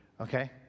Okay